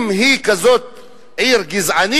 אם היא כזאת עיר גזענית,